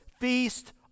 feast